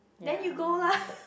ya